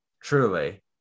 Truly